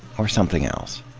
or something else?